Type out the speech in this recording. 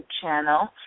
channel